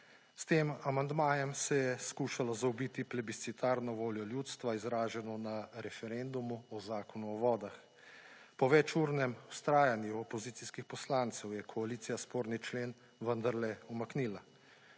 S tem amandmajem se je poskušalo zaobiti plebiscitarno voljo ljudstva izraženo na referendumu o Zakonu o vodah. Po več urnem vztrajanju opozicijskih poslancev je koalicija sporni člen vendarle umaknila